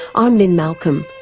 i'm lynne malcolm,